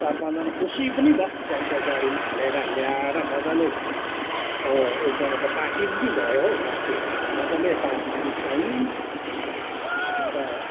चार पाँचजना खुसी पनि भयौँ त्यहाँदेखि त्यहाँ गाडीमा हालेर ल्याएर मजाले अब एक जग्गा त पार्टी पनि भयो हौ गाँठे मजाले पार्टी पनि खायौँ त्यहाँदेखि त